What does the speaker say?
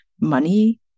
money